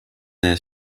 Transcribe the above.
their